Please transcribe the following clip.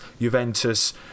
Juventus